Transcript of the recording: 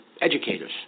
educators